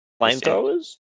Flamethrowers